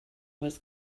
was